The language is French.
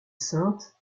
sainte